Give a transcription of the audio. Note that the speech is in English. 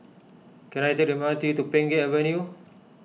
can I take the M R T to Pheng Geck Avenue